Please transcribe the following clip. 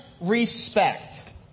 Respect